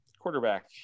quarterback